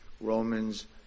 Romans